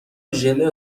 ژله